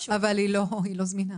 אבל היא לא זמינה.